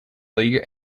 league